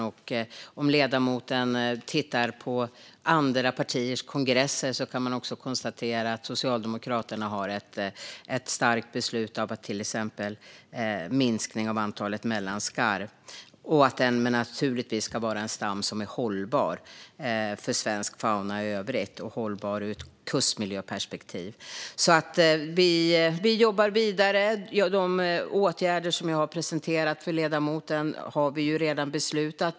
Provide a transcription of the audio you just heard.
Om ledamoten tittar på andra partiers kongresser kan han till exempel konstatera att Socialdemokraterna har ett starkt beslut om minskning av antalet mellanskarvar. Det ska naturligtvis vara en stam som är hållbar för svensk fauna i övrigt och hållbar ur ett kustmiljöperspektiv. Vi jobbar vidare. De åtgärder som jag har presenterat för ledamoten har vi redan beslutat.